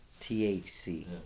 THC